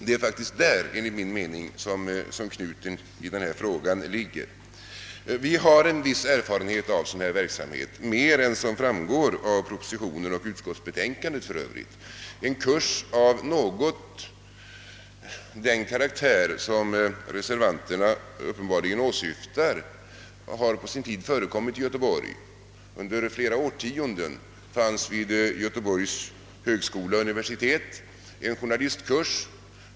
Det är faktiskt där som knuten ligger enligt min mening. Vi har en viss erfarenhet av sådan här verksamhet — mer än som framgår av proposition och utskottsbetänkande. En kurs av ungefär den karaktär som reservanterna uppenbarligen åsyftar förekom på sin tid i Göteborg. Under flera årtionden fanns nämligen vid Göteborgs högskola och universitet en journalistkurs.